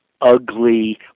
ugly